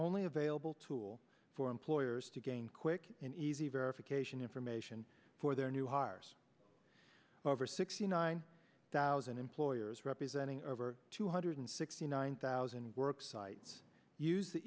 only available tool for employers to gain quick and easy verification information for their new cars over sixty nine thousand employers representing over two hundred sixty nine thousand work sites use the